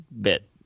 bit